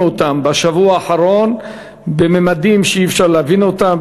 בשבוע האחרון בממדים שאי-אפשר להבין אותם,